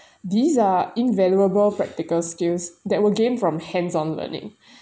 these are invaluable practical skills that will gain from hands on learning